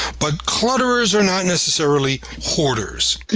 but clutterers are not necessarily hoarders.